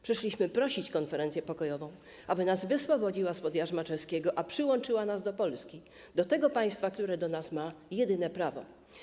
Przyszliśmy prosić konferencję pokojową, aby nas wyswobodziła spod jarzma czeskiego, a przyłączyła nas do Polski, do tego państwa, które do nas ma jedyne prawo.